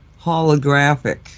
holographic